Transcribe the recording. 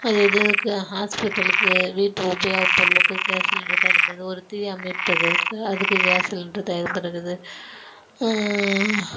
அது இதுக்கு ஹாஸ்பிட்டலுக்கு வீட்டு உபயோகப் பொருளுக்கு கேஸ் சிலிண்டர் தான் ஹெல்ப் பண்ணுது ஒரு தீ அமைப்பதற்கு அதுக்கு கேஸ் சிலிண்டர் தான் தேவைப்படுது